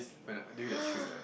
when I during that trip right